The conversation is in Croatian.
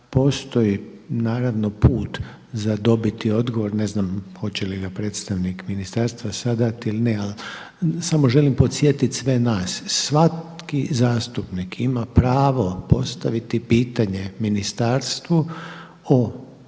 postoji naravno put za dobiti odgovor. Ne znam hoće li ga predstavnik ministarstva sada dati ili ne, ali samo želim podsjetiti sve nas, svaki zastupnik ima pravo postaviti pitanje ministarstvu o